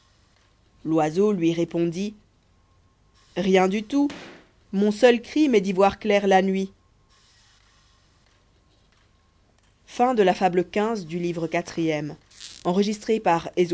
l'oiseau lui répondit rien du tout mon seul crime est d'y voir clair la nuit